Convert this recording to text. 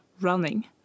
running